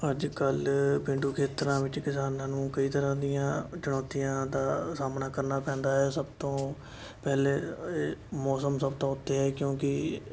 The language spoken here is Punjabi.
ਅੱਜ ਕੱਲ੍ਹ ਪੇਂਡੂ ਖੇਤਰਾਂ ਵਿੱਚ ਕਿਸਾਨਾਂ ਨੂੰ ਕਈ ਤਰ੍ਹਾਂ ਦੀਆਂ ਚੁਣੌਤੀਆਂ ਦਾ ਸਾਹਮਣਾ ਕਰਨਾ ਪੈਂਦਾ ਹੈ ਸਭ ਤੋਂ ਪਹਿਲੇ ਮੌਸਮ ਸਭ ਤੋਂ ਉੱਤੇ ਹੈ ਕਿਉਂਕਿ